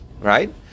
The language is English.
Right